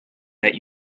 that